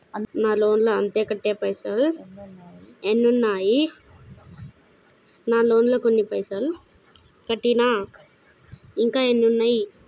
నా లోన్ లా అత్తే కట్టే పైసల్ ఎన్ని ఉన్నాయి నా లోన్ లా కొన్ని పైసల్ కట్టిన ఇంకా ఎంత ఉన్నాయి?